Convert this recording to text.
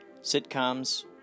Sitcoms